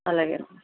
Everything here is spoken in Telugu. అలాగే